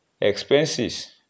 expenses